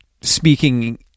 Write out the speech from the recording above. speaking